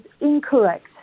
incorrect